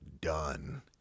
done